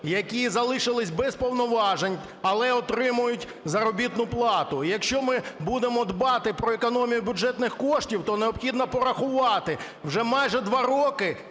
які залишились без повноважень, але отримують заробітну плату. Якщо ми будемо дбати про економію бюджетних коштів, то необхідно порахувати: вже майже два роки